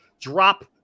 drop